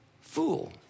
fool